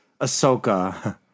Ahsoka